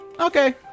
okay